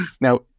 Now